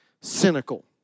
cynical